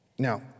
Now